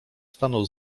stanął